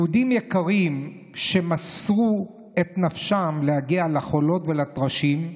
יהודים יקרים שמסרו את נפשם להגיע לחולות ולטרשים,